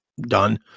done